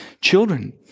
children